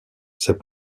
c’est